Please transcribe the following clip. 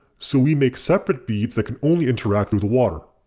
so we make separate beads that can only interact through the water.